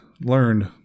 learned